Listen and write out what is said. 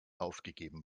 aufgegeben